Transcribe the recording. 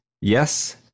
Yes